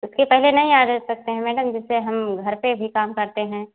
उसके पहले नहीं आर सकते हैं जेसे हम घर पर भी काम करते हैं